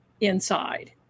inside